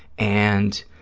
and